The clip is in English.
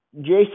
Jason